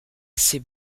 ces